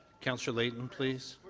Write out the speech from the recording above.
councillor layton, please.